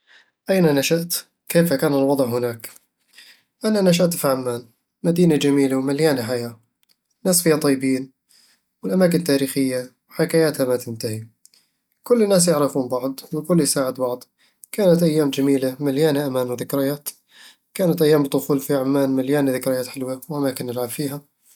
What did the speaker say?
أين نشأت؟ كيف كان الوضع هناك؟ انا نشأت في عمان، مدينة جميلة ومليانة حياة الناس فيها طيبين، والأماكن تاريخية وحكاياتها ما تنتهي كل الناس يعرفون بعض، والكل يساعد بعض، كانت أيام جميلة ومليانة أمان وذكريات كانت أيام الطفولة في عمان مليانة ذكريات حلوة وأماكن نلعب فيها